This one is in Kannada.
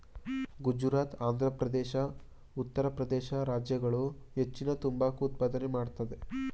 ಗುಜರಾತ್, ಆಂಧ್ರಪ್ರದೇಶ, ಉತ್ತರ ಪ್ರದೇಶ ರಾಜ್ಯಗಳು ಹೆಚ್ಚಿನ ತಂಬಾಕು ಉತ್ಪಾದನೆ ಮಾಡತ್ತದೆ